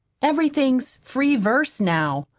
everything's free verse now.